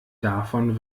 davon